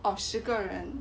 of 十个人